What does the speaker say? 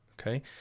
okay